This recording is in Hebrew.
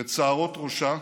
את שערות ראשה.